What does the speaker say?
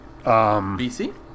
BC